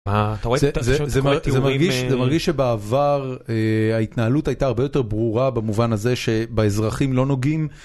זה מרגיש שבעבר ההתנהלות הייתה הרבה יותר ברורה במובן הזה שבאזרחים לא נוגעים.